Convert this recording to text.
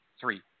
three